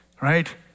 Right